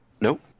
Nope